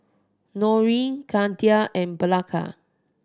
Noreen Gertha and Blanca